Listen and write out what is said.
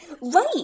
right